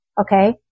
Okay